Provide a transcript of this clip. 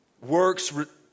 works